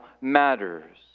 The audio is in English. matters